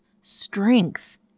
strength